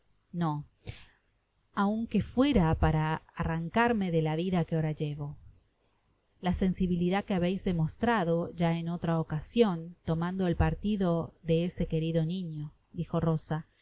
no aun que fuera para arrancarme de la vida que ahora llevo la sensibilidad que habeis demostrado ya en otra ocasion lomando el partido de ese querido niño dijo rosa